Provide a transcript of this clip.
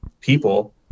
people